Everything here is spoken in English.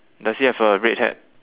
does he have a red hat